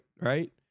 Right